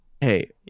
hey